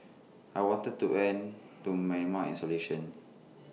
I wanted to end to Myanmar's isolation